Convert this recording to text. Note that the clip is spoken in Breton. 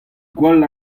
gwall